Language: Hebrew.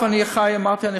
אני אחראי.